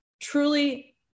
Truly